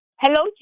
Hello